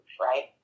right